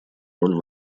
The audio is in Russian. роль